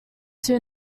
two